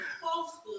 falsehood